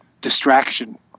distraction